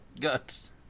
guts